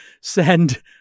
send